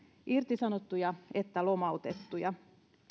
irtisanottuja että lomautettuja